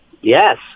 Yes